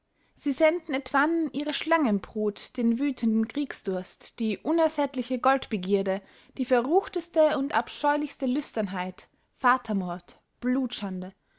sie senden etwann ihre schlangenbrut den wütenden kriegsdurst die unersättliche goldbegierde die verruchteste und abscheulichste lüsternheit vatermord